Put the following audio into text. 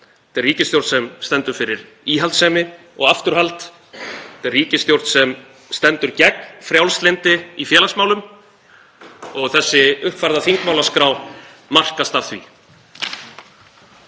Þetta er ríkisstjórn sem stendur fyrir íhaldssemi og afturhald. Þetta er ríkisstjórn sem stendur gegn frjálslyndi í félagsmálum og þessi uppfærða þingmálaskrá markast af því.